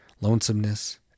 lonesomeness